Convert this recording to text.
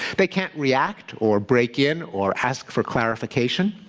they can't react or break in or ask for clarification.